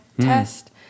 test